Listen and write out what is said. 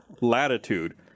latitude